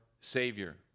Savior